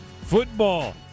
Football